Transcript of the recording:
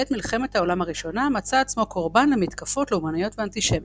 בעת מלחמת העולם הראשונה מצא עצמו קורבן למתקפות לאומניות ואנטישמיות,